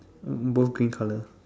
um both green colour